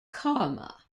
karma